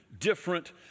different